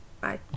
Bye